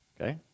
Okay